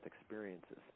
experiences